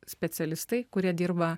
specialistai kurie dirba